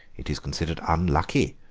it is considered unlucky.